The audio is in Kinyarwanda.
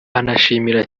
anashimira